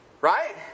right